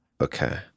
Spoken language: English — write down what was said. Okay